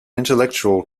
intellectual